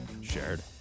Shared